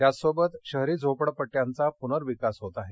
त्याच बरोबर शहरी झोपडपट्टयांचा प्नर्विकास होत आहे